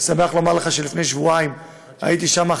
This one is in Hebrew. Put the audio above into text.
אני שמח לומר לך שלפני שבועיים הייתי שם,